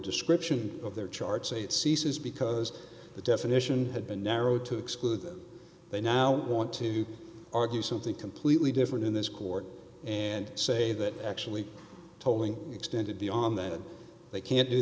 description of their charts eight ceases because the definition had been narrowed to exclude that they now want to argue something completely different in this court and say that actually tolling extended beyond that they can't do